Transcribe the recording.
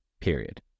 Period